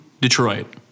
detroit